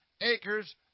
acres